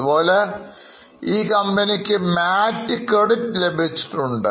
ഇതുപോലെ ഈ കമ്പനിക്ക് MAT CREDIT ലഭിച്ചിട്ടുണ്ട്